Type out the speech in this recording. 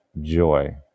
joy